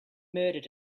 murdered